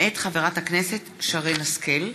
מאת חברת הכנסת שרן השכל,